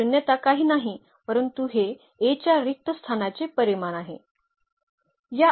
तर शून्यता काही नाही परंतु हे A च्या रिक्त स्थानाचे परिमाण आहे